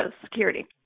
security